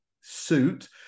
suit